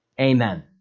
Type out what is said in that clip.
amen